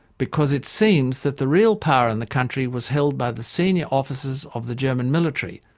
because it seems that the real power in the country was held by the senior officers of the german military.